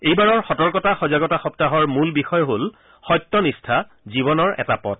এইবাৰৰ সতৰ্কতা সজাগতা সপ্তাহৰ মূল বিষয় হ'ল সত্য নিষ্ঠা জীৱনৰ এটা পথ